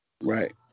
Right